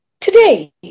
Today